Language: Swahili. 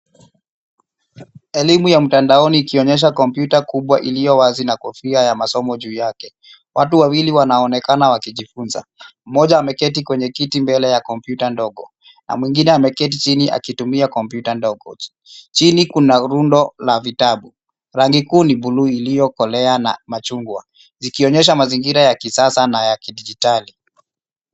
Elimu ya mtandaoni ikionyesha kompyuta kubwa iliyo wazi na kofia ya masomo juu yake. Watu wawili wanaonekana wakijifunza. Mmoja ameketi kwenye kiti mbele ya kompyuta ndogo, na mwingine ameketi chini akitumia kompyuta ndogo. Chini kuna rundo la vitabu. Rangi kuu ni buluu iliyokolea na machungwa, ikionyesha mazingira ya kisasa na ya kidigitali.